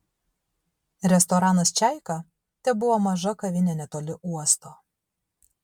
restoranas čaika tebuvo maža kavinė netoli uosto